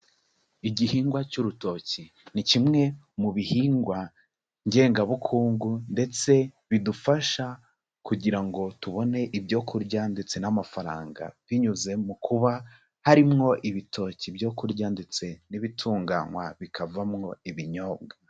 Igihingwa cy'urutoki ni kimwe mu bihingwa ngengabukungu ndetse bidufasha kugira ngo tubone ibyo kurya ndetse n'amafaranga binyuze mu kuba, harimo ibitoki byo kurya ndetse n'ibitunganywa bikavamo ibinyobwa.